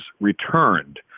returned